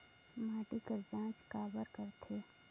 माटी कर जांच काबर करथे?